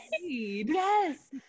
yes